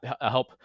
help